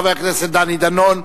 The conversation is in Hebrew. חבר הכנסת דני דנון,